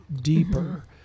deeper